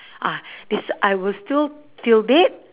ah this I will still till date